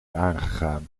aangegaan